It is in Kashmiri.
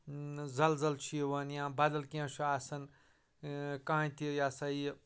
زل زل چھُ یِوان یا بدل کینٛہہ چھُ آسان کانٛہہ تہِ یہِ ہسا یہِ